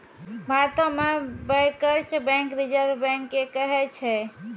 भारतो मे bankers bank reserve bank के कहै छै